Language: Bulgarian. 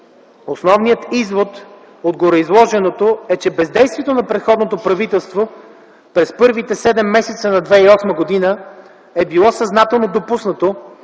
Основният извод от гореизложеното е, че бездействието на предходното правителство през първите седем месеца на 2008 г. е било съзнателно допуснато,